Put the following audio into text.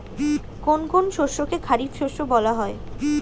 কোন কোন শস্যকে খারিফ শস্য বলা হয়?